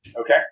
Okay